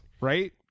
Right